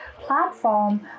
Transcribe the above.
platform